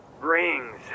Rings